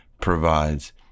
provides